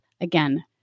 Again